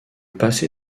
passé